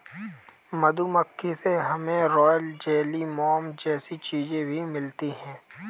मधुमक्खी से हमे रॉयल जेली, मोम जैसी चीजे भी मिलती है